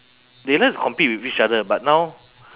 they like to compete with each other but now